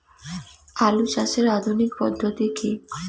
আলু চাষের আধুনিক পদ্ধতি কি?